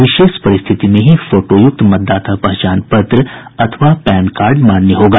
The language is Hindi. विशेष परिस्थिति में ही फोटोयुक्त मतदाता पहचान पत्र अथवा पैन कार्ड मान्य होगा